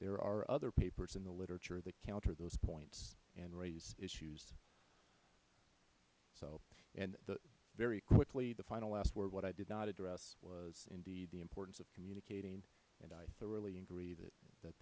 there are other papers in the literature that counter those points and raise issues and very quickly the final last word what i did not address was indeed the importance of communicating and i thoroughly agree that that